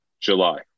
July